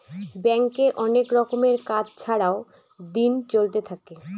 ব্যাঙ্কে অনেক রকমের কাজ ছাড়াও দিন চলতে থাকে